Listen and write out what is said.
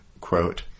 quote